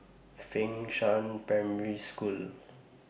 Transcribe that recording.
Fengshan Primary School